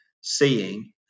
seeing